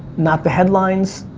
not the headlines,